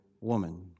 woman